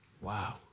Wow